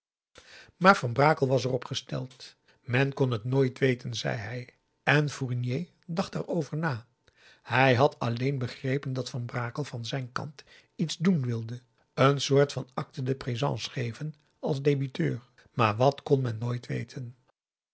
maar van brakel was er op gesteld men kon het nooit weten zei hij en fournier dacht daarover na hij had alleen begrepen dat van brakel van zijn kant iets doen wilde een soort van a c t e d e p r é s e n c e geven als debiteur maar wat kon men nooit weten